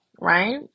right